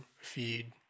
feed